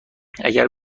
اگر